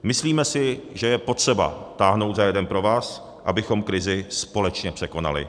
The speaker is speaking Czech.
Myslíme si, že je potřeba táhnout za jeden provaz, abychom krizi společně překonali.